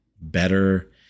better